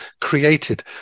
created